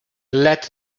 let